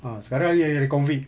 ah sekarang lagi lagi ada COVID